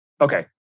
Okay